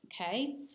Okay